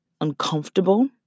Uncomfortable